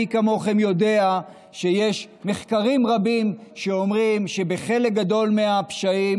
מי כמוכם יודעים שיש מחקרים רבים שאומרים שבחלק גדול מהפשעים